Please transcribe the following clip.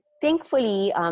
Thankfully